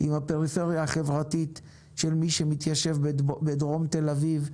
אם הפריפריה החברתית של מי שמתיישב בדרום תל אביב,